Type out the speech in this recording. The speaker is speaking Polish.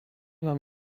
mam